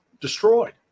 destroyed